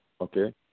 Okay